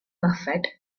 buffet